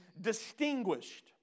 distinguished